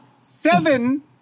Seven